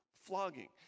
Flogging